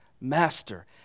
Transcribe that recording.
master